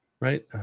right